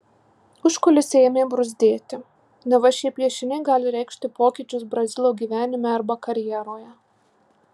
užkulisiai ėmė bruzdėti neva šie piešiniai gali reikšti pokyčius brazilo gyvenime arba karjeroje